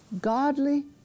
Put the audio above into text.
Godly